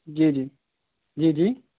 جی جی جی جی